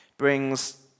brings